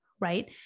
right